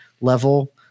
level